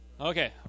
Okay